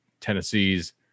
Tennessee's